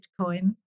Bitcoin